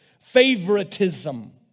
Favoritism